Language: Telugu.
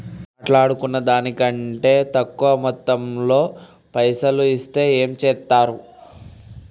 మాట్లాడుకున్న దాని కంటే తక్కువ మొత్తంలో పైసలు ఇస్తే ఏం చేత్తరు?